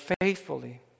faithfully